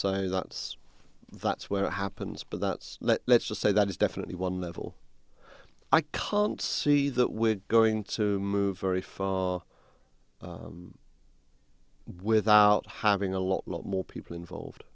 say that's that's what happens but that's let's just say that is definitely one level i can't see that we're going to move very far without having a lot more people involved